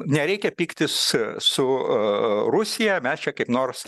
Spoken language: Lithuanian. nereikia pyktis su rusija mes čia kaip nors